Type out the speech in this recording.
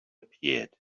appeared